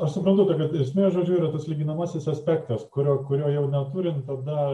aš suprantu kad bet esmė yra tas lyginamasis aspektas kurio kurio jau neturint tada